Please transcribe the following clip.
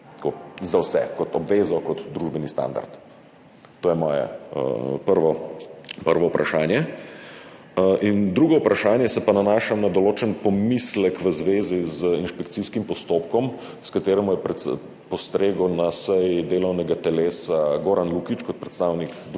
za vse, kot obvezo, kot družbeni standard. To je moje prvo vprašanje. Drugo vprašanje pa se nanaša na določen pomislek v zvezi z inšpekcijskim postopkom, s katerim je na seji delovnega telesa postregel Goran Lukić kot predstavnik društva